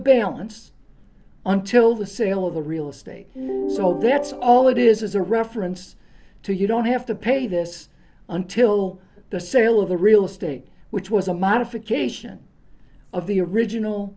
balance until the sale of the real estate sold that's all it is is a reference to you don't have to pay this until the sale of the real estate which was a modification of the original